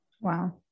Wow